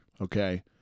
okay